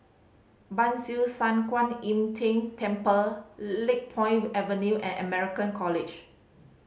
Ban Siew San Kuan Im Tng Temple Lakepoint Avenue and American College